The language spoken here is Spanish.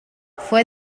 fue